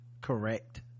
correct